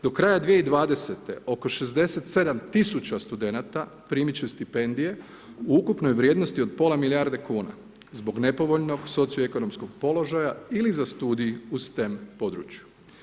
Do kraja 2020. oko 67 000 studenata primit će stipendije u ukupnoj vrijednosti od pola milijarde kuna zbog nepovoljnog socioekonomskog položaja ili za studij u stem području.